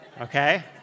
okay